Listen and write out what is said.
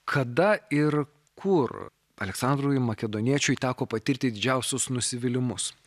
kada ir kur aleksandrui makedoniečiui teko patirti didžiausius nusivylimus